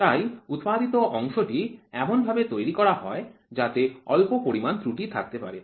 তাই উৎপাদিত অংশটি এমনভাবে তৈরি করা হয় যাতে অল্প পরিমাণ ত্রুটি থাকতে পারে